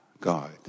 God